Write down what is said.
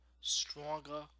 stronger